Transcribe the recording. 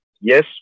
Yes